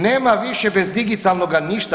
Nema više bez digitalnoga ništa.